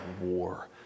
war